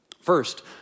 First